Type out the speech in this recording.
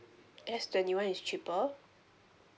yes twenty one is cheaper